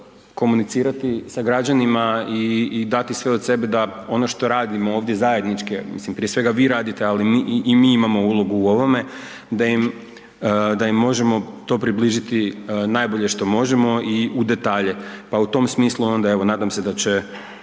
komunicirati sa građanima i, i dati sve od sebe da ono što radimo ovdje zajednički, ja mislim prije svega vi radite, ali i mi imamo ulogu u ovome, da im, da im možemo to približiti najbolje što možemo i u detalje, pa u tom smislu onda evo nadam se da će,